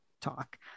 talk